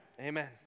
Amen